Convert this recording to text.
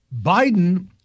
Biden